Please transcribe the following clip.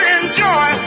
enjoy